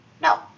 no